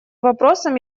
вопросам